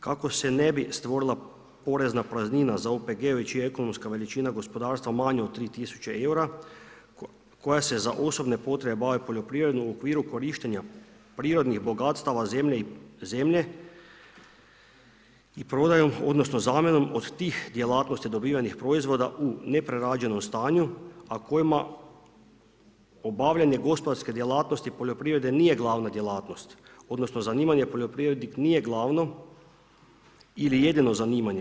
Kako se ne bi stvorila porezna praznina za OPG-ove čija je ekonomska veličina gospodarstva manja od 3000 eura koja se za osobne potrebe bavi poljoprivredom u okviru korištenja prirodnih bogatstava zemlje i prodajom, odnosno zamjenom od tih djelatnosti dobivenih proizvoda u neprerađenom stanju a kojima obavljanje gospodarske djelatnosti poljoprivrede nije glavna djelatnost, odnosno zanimanje poljoprivrednik nije glavno ili jedino zanimanje.